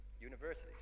universities